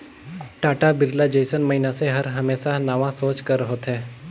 टाटा, बिरला जइसन मइनसे हर हमेसा नावा सोंच कर होथे